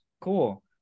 Cool